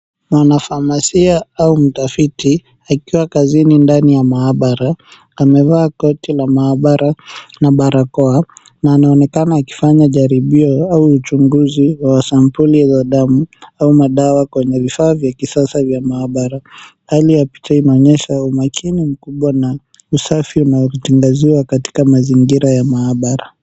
Mwanafamasia au mtafiti akiwa kazini ndani ya maabara, amevaa koti la maabara na barakoa na anaonekana akifanya jaribio au uchunguzi wa sampuli za damu au madawa kwenye vifaa vya kisasa vya maabara. Hali ya picha inaonyesha umakini mkubwa na usafi unaozingatiwa katika mazingira ya maabara.